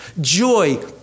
Joy